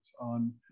on